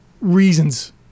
reasons